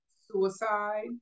suicide